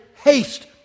haste